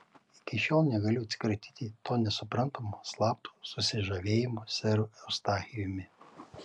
iki šiol negaliu atsikratyti to nesuprantamo slapto susižavėjimo seru eustachijumi